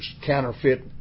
counterfeit